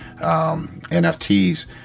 NFTs